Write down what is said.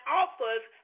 offers